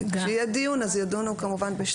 כשיהיה דיון, אז כמובן ידונו.